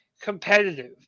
competitive